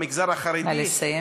במגזר החרדי.